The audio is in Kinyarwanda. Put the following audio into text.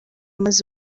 maze